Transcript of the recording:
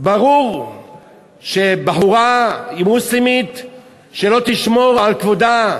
ברור שבחורה מוסלמית שלא תשמור על כבודה,